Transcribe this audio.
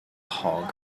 hog